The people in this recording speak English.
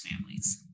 families